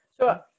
Sure